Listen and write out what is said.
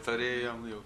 turėjome jau